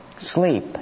sleep